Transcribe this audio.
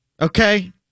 Okay